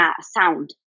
sound